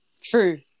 true